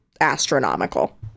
astronomical